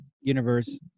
Universe